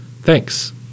Thanks